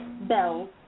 bells